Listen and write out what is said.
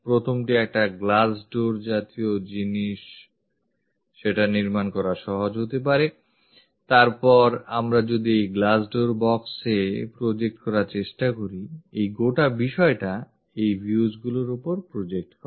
প্রথমটি একটা glassdoor জাতীয় জিনিস সেটা নির্মাণ করা সহজ হতে পারে তারপর আমরা যদি এই glassdoor box method এ project করার চেষ্টা করি এই গোটা বিষয়টা এই viewগুলির ওপর project করে